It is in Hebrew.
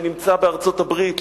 שנמצא בארצות-הברית,